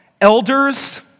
Elders